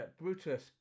Brutus